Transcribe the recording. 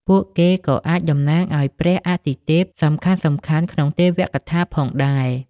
ពួកគេក៏អាចតំណាងឱ្យព្រះអាទិទេពសំខាន់ៗក្នុងទេវកថាផងដែរ។